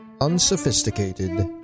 unsophisticated